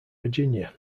virginia